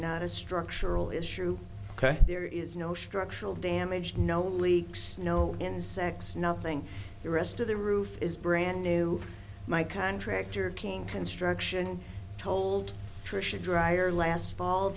not a structural issue ok there is no structural damage no leaks no insects nothing the rest of the roof is brand new my contractor king construction told trisha dryer last fall